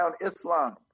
Islam